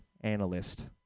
analyst